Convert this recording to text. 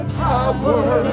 power